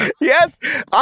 Yes